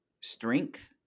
strength